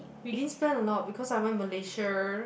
we didn't spend a lot because I went Malaysia